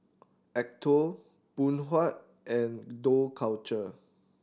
Acuto Phoon Huat and Dough Culture